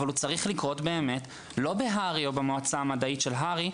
אבל הוא צריך לקרות באמת לא בהר"י או במועצה המדעית של הר"י,